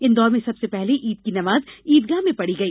इंदौर में सबसे पहले ईद की नमाज़ ईदगाह में पढ़ी गई